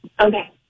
Okay